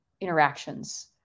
interactions